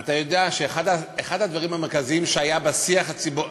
אתה יודע שאחד הדברים המרכזיים שהיו בשיח הציבורי,